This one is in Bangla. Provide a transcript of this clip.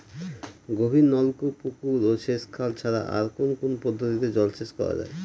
গভীরনলকূপ পুকুর ও সেচখাল ছাড়া আর কোন কোন পদ্ধতিতে জলসেচ করা যায়?